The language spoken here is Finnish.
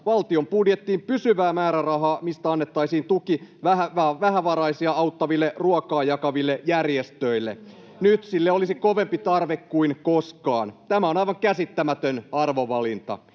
valtionbudjettiin pysyvää määrärahaa, mistä annettaisiin tuki vähävaraisia auttaville, ruokaa jakaville järjestöille. Nyt sille olisi kovempi tarve kuin koskaan. Tämä on aivan käsittämätön arvovalinta.